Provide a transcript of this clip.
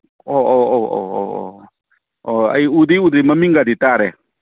ꯑꯧ ꯑꯧ ꯑꯧ ꯑꯧ ꯑꯣ ꯑꯩ ꯎꯗꯤ ꯎꯗꯦ ꯃꯃꯤꯡꯒꯗꯤ ꯇꯥꯔꯦ